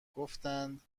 گفتند